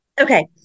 okay